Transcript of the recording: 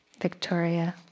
Victoria